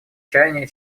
чаяния